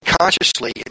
consciously